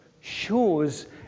shows